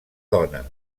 dona